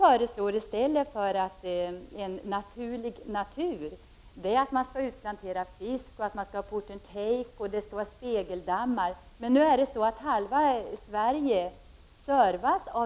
I stället för en naturlig natur föreslår man utplantering av fisk, ”put and take” och spegeldammar. Ammerån ger service åt halva Sverige.